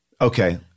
Okay